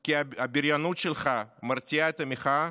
כי הבריונות שלך מרתיעה את המחאה,